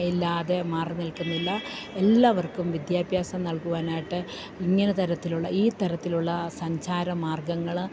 ഇല്ലാതെ മാറി നിൽക്കുന്നില്ല എല്ലാവർക്കും വിദ്യാഭ്യാസം നൽകുവാനായിട്ട് ഇങ്ങനെ തരത്തിലുള്ള ഈ തരത്തിലുള്ള സഞ്ചാര മാർഗ്ഗങ്ങള്